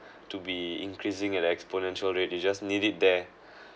to be increasing at an exponential rate you just need it there